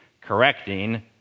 correcting